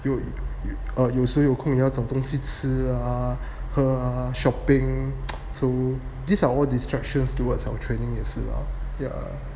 you~ 有时候有空要找东西吃啊喝啊 shopping so these are all distractions towards our training 也是了 yeah